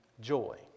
joy